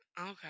okay